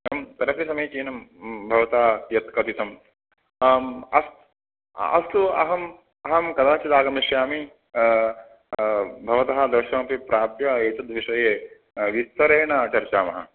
एवं तदपि समीचीनं भवता यत् कथितम् आम् अस्तु अस्तु अहम् अहं कदाचित् आगमिष्यामि भवतः दर्शनमपि प्राप्य एतद्विषये विस्तरेण चर्चयामः